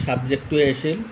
চাবজেক্টটোৱেই আছিল